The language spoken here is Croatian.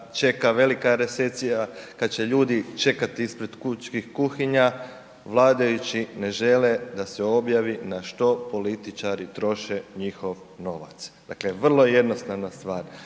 čeka velika recesija, kada će ljudi čekati ispred pučkih kuhinja, vladajući ne žele da se objavi na što političari troše njihov novac. Dakle, vrlo jednostavna stvar.